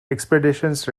expeditions